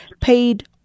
paid